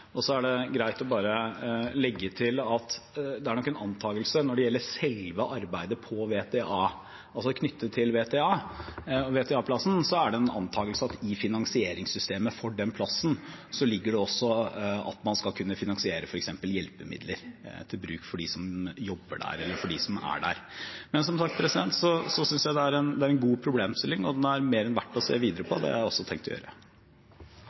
Så er det greit å bare legge til at det er en antakelse at det ligger i finansieringssystemet for en VTA-plass at man også skal kunne finansiere f.eks. hjelpemidler til bruk for dem som er der. Som sagt synes jeg det er en god problemstilling. Den er mer enn verdt å se videre på, og det har jeg også tenkt å gjøre. Presidenten gjør oppmerksom på at dette spørsmålet vil bli tegnspråktolket. Mitt spørsmål til statsråden er følgende: «Tolketjenesten er en forutsetning for at døve, døvblinde og